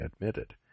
admitted